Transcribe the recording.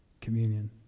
communion